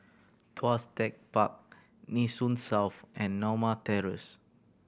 Tuas Tech Park Nee Soon South and Norma Terrace